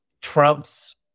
Trump's